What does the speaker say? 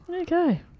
Okay